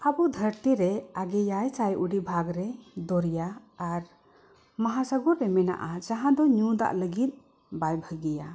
ᱟᱵᱚ ᱫᱷᱟᱹᱨᱛᱤ ᱨᱮ ᱟᱜᱮ ᱮᱭᱟᱭ ᱥᱟᱭ ᱩᱰᱤ ᱵᱷᱟᱜᱽ ᱨᱮ ᱫᱚᱨᱭᱟ ᱟᱨ ᱢᱟᱦᱟ ᱥᱟᱹᱢᱩᱫᱽ ᱨᱮ ᱢᱮᱱᱟᱜᱼᱟ ᱡᱟᱦᱟᱸ ᱫᱚ ᱧᱩ ᱫᱟᱜ ᱞᱟᱹᱜᱤᱫ ᱵᱟᱭ ᱵᱷᱟᱜᱮᱭᱟ